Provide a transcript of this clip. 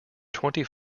twenty